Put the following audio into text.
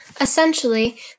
Essentially